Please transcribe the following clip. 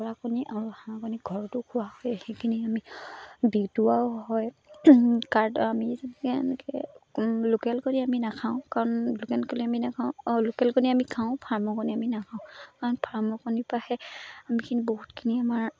কুকুৰা কণী আৰু হাঁহকণী ঘৰতো খোৱা হয় সেইখিনি আমি বিলোৱাও হয় কাৰ আমি যেনেকৈ এনেকৈ লোকেল কণী আমি নাখাওঁ কাৰণ লোকেল কণী আমি নাখাওঁ অ' লোকেল কণী আমি খাওঁ ফাৰ্মৰ কণী আমি নাখাওঁ কাৰণ ফাৰ্মৰ কণীৰপৰাহে আমিখিনি বহুতখিনি আমাৰ